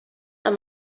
amb